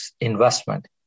investment